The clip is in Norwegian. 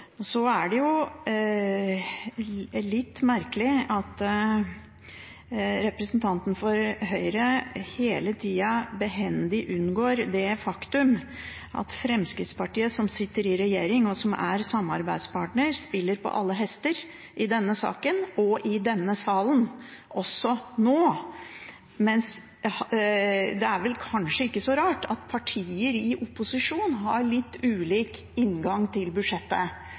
Det er litt merkelig at representanten for Høyre hele tida behendig unngår det faktum at Fremskrittspartiet, som sitter i regjering og er samarbeidspartner, spiller på alle hester i denne saken og i denne salen – også nå. Det er kanskje ikke så rart at partier i opposisjon har ulik inngang til budsjettet,